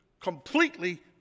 completely